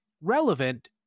relevant